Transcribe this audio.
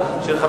לא הספקתי.